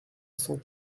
cent